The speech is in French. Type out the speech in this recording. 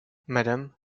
madame